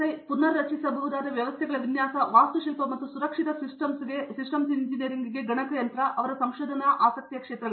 VLSI ಪುನರ್ರಚಿಸಬಹುದಾದ ವ್ಯವಸ್ಥೆಗಳ ವಿನ್ಯಾಸ ವಾಸ್ತುಶಿಲ್ಪ ಮತ್ತು ಸುರಕ್ಷಿತ ಸಿಸ್ಟಮ್ಸ್ ಇಂಜಿನಿಯರಿಂಗ್ಗೆ ಗಣಕಯಂತ್ರ ಅವರ ಸಂಶೋಧನಾ ಆಸಕ್ತಿಯ ಕ್ಷೇತ್ರಗಳು